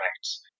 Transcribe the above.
rights